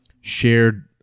shared